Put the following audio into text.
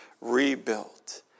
rebuilt